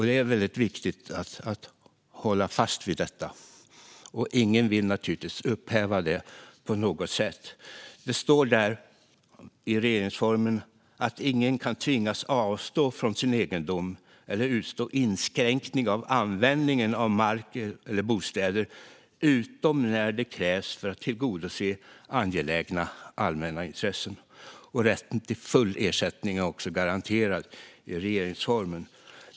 Det är väldigt viktigt att hålla fast vid detta. Naturligtvis vill ingen upphäva den på något sätt. I regeringsformen står det att ingen kan tvingas avstå från sin egendom eller utstå inskränkning av användningen av mark eller bostäder utom när det krävs för att tillgodose angelägna allmänna intressen. Rätten till full ersättning är också garanterad i regeringsformen.